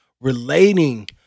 relating